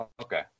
Okay